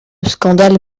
scandale